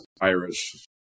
Irish